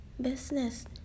Business